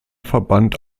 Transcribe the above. verband